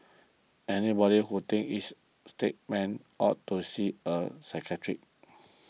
anybody who thinks he is a statesman ought to see a psychiatrist